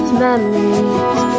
memories